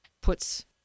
puts